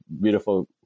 beautiful